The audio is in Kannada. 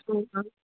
ಹ್ಞೂಂ ಹಾಂ